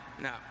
no